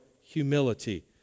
humility